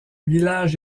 village